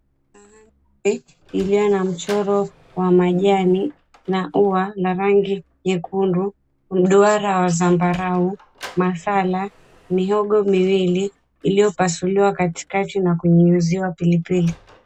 Sahani liliyo na mchoro wa majani na ua la rangi nyekundu, duara au zambarau, masala, mihogo miwili iliyopasuliwa katikati na kunyunyiziwa pilipili.